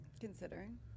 Considering